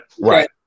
right